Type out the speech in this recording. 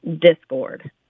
Discord